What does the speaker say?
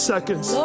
Seconds